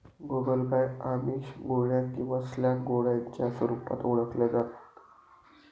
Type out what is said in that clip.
गोगलगाय आमिष, गोळ्या किंवा स्लॅग गोळ्यांच्या स्वरूपात ओळखल्या जाता